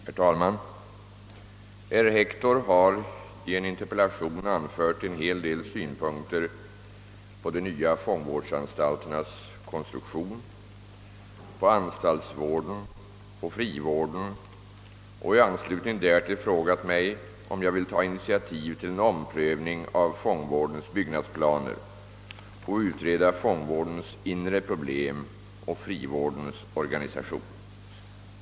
Herr talman! Herr Hector har i en interpellation anfört en hel del synpunkter på de nya fångvårdsanstalternas konstruktion, på anstaltsvården och på frivården och i anslutning därtill frågat mig om jag vill ta initiativ till en omprövning av fångvårdens byggnadsplaner samt utreda fångvårdens inre problem och frivårdens organisation.